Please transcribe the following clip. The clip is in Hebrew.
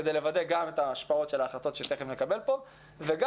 כדי לוודא את ההשפעות של ההחלטות שתיכף נקבל פה וגם,